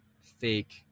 fake